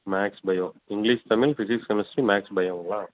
maths bio English Tamil physics chemistry maths பயோங்களா